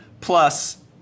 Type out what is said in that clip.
plus